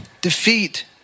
Defeat